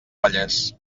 vallès